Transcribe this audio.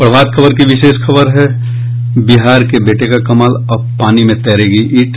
प्रभात खबर की विशेष खबर है बिहार के बेटे का कमाल अब पानी में तैरेगी ईंट